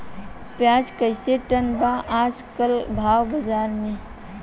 प्याज कइसे टन बा आज कल भाव बाज़ार मे?